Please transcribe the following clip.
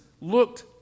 looked